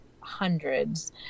hundreds